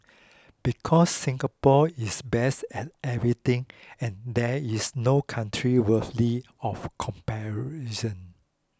because Singapore is best at everything and there is no country worthy of comparison